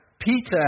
Peter